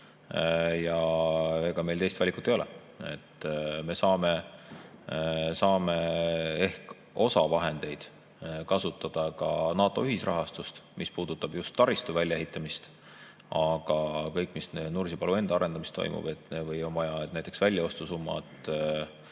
ega meil teist valikut ei ole. Me saame ehk osa vahendeid kasutada ka NATO ühisrahastust, mis puudutab just taristu väljaehitamist. Aga kõik, mis Nursipalu enda arendamist [puudutab] või on vaja, näiteks väljaostusummad